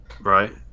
right